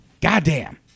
Goddamn